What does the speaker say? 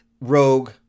rogue